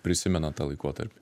prisimenat tą laikotarpį